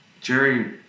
Jerry